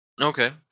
Okay